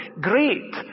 great